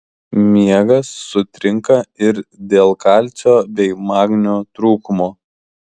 miegas sutrinka ir dėl kalcio bei magnio trūkumo